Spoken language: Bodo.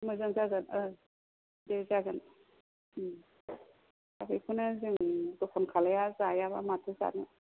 मोजां जागोन औ दे जागोन दे दा बेखौनो जों दखान खालामा जायाबा माथो जानो